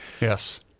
Yes